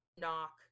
knock